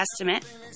estimate